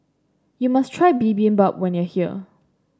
you must try Bibimbap when you are here